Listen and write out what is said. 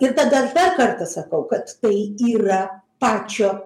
ir tada aš dar kartą sakau kad tai yra pačio